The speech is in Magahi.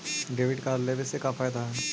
डेबिट कार्ड लेवे से का का फायदा है?